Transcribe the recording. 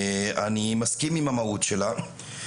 אני מסכים עם המהות שלה.